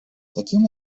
таким